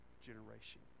generation